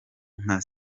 nka